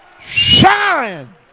Shine